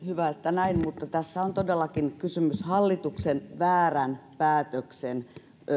hyvä että näin mutta tässä on todellakin kysymys hallituksen väärän päätöksen